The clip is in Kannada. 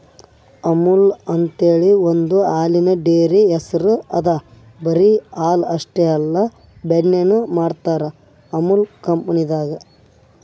ಅಮುಲ್ ಅಂಥೇಳಿ ಒಂದ್ ಹಾಲಿನ್ ಡೈರಿ ಹೆಸ್ರ್ ಅದಾ ಬರಿ ಹಾಲ್ ಅಷ್ಟೇ ಅಲ್ಲ ಬೆಣ್ಣಿನು ಮಾಡ್ತರ್ ಅಮುಲ್ ಕಂಪನಿದಾಗ್